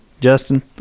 Justin